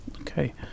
okay